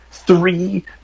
Three